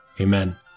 Amen